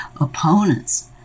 Opponents